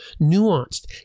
nuanced